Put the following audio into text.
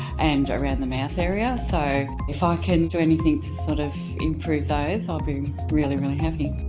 and around the mouth area so if i can do anything to sort of improve those i'll be really, really happy.